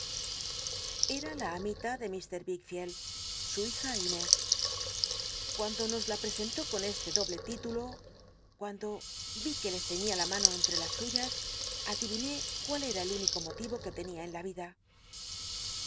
era la de mr wickfield su hija inés cuando nos la jll'cscntú con este doble titulo cuando rí como le cciíia la mano entre las suyas adiviné cuál era el único moliro que tenia en la ida